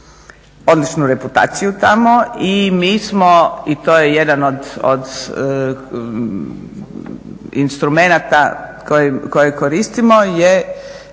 odličnu reputaciju tamo i mi smo i to je jedan od instrumenata koje koristimo je